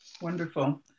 Wonderful